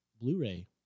Blu-ray